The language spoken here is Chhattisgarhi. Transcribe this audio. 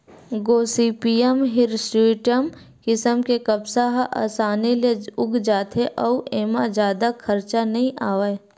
गोसिपीयम हिरस्यूटॅम किसम के कपसा ह असानी ले उग जाथे अउ एमा जादा खरचा नइ आवय